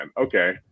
Okay